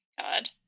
God